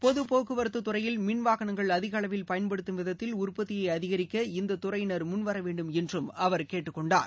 பொது போக்குவரத்துத்துறையில் மின்வாகனங்கள் அதிக அளவில் பயன்படுத்தும் விதத்தில் உற்பத்தியை அதிகரிக்க இந்த துறையினர் முன்வர வேண்டும் என்று அவர் கேட்டுக்கொண்டார்